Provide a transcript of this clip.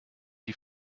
die